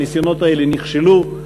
והניסיונות האלה נכשלו.